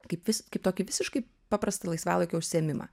kaip vis kaip tokį visiškai paprastą laisvalaikio užsiėmimą